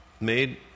made